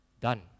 Done